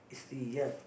still young